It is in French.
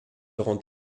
rend